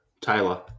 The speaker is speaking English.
Taylor